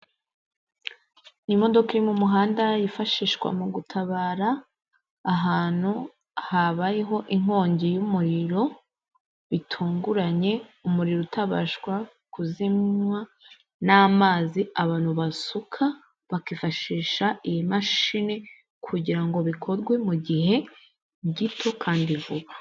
Imodoka iri mu muhanda yifashishwa mu gutabara ahantu habayeho inkongi y'umuriro bitunguranye, umuriro utabasha kuzimywa n'amazi abantu basuka bakifashisha iyi mashini kugira ngo bikorwe mu gihe gito kandi vuba.